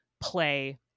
play